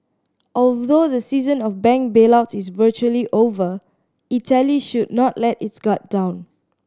although the season of bank bailouts is virtually over Italy should not let its guard down